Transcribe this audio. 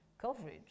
coverage